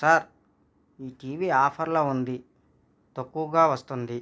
sir ఈ TV ఆఫర్లో ఉంది తక్కువగా వస్తుంది